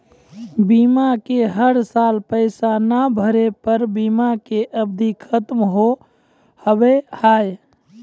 बीमा के हर साल पैसा ना भरे पर बीमा के अवधि खत्म हो हाव हाय?